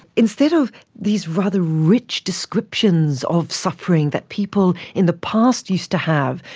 instead of these rather rich descriptions of suffering that people in the past used to have,